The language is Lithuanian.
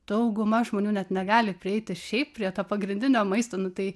dauguma žmonių net negali prieiti šiaip prie to pagrindinio maisto nu tai